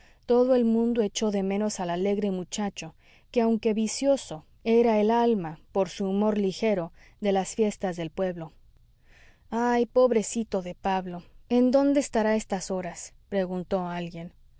todo el mundo echó de menos al alegre muchacho que aunque vicioso era el alma por su humor ligero de las fiestas del pueblo ay pobrecito de pablo en dónde estará a estas horas preguntó alguien